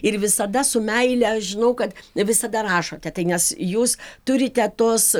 ir visada su meile aš žinau kad visada rašote tai nes jūs turite tos